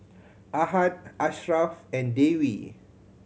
Ahad Ashraff and Dewi